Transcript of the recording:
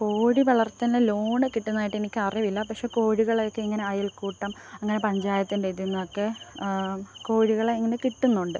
കോഴി വളര്ത്തലിന് ലോണ് കിട്ടുന്നതായിട്ട് എനിക്കറിവില്ല പക്ഷേ കോഴികളെയൊക്കെ ഇങ്ങനെ അയല്ക്കൂട്ടം അങ്ങനെ പഞ്ചായത്തിന്റെ ഇതീന്നൊക്കെ കോഴികളെ ഇങ്ങനെ കിട്ടുന്നുണ്ട്